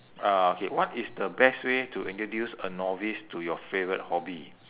uh okay what is the best way to introduce a novice to your favourite hobby